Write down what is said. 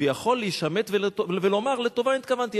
ויכול להשמט ולומר 'לטובה נתכוונתי'".